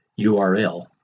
URL